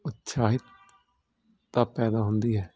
ਉਤਸ਼ਾਹਿਤਾ ਪੈਦਾ ਹੁੰਦੀ ਹੈ